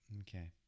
Okay